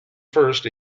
first